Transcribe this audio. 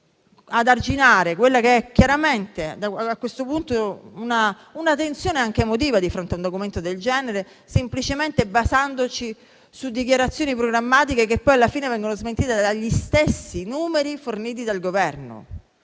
ad arginare quella che è chiaramente, a questo punto, una tensione anche emotiva di fronte a un documento del genere, semplicemente basandoci su dichiarazioni programmatiche che poi, alla fine, vengono smentite dagli stessi numeri forniti dal Governo?